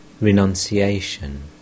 renunciation